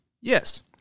Yes